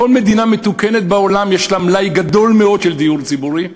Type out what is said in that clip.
כל מדינה מתוקנת בעולם יש לה מלאי גדול מאוד של דיור ציבורי.